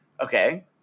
Okay